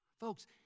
Folks